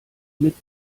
mit